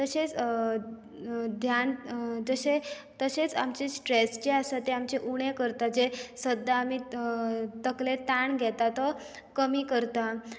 तशेंच ध्यान तशें तशेंच आमचें स्ट्रेस जे आसा तें आमचें उणें करता ते सद्दां आमी तकलेर ताण घेता तो कमी करता